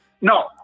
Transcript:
no